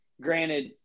granted